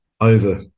over